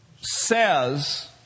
says